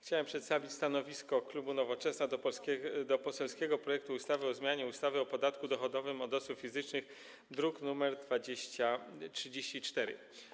Chciałem przedstawić stanowisko klubu Nowoczesna wobec poselskiego projektu ustawy o zmianie ustawy o podatku dochodowym od osób fizycznych, druk nr 2034.